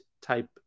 type